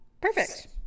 Perfect